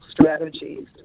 strategies